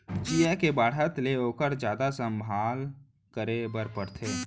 चियॉ के बाढ़त ले ओकर जादा संभाल करे बर परथे